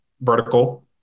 vertical